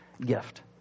gift